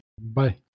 Bye